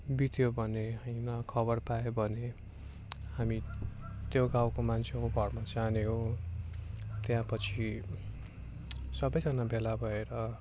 बित्यो भने होइन खबर पायो भने हामी त्यो गाउँको मान्छेको घरमा जाने हो त्यहाँपछि सबैजना भेला भएर